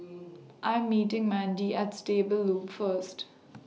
I'm meeting Mandie At Stable Loop First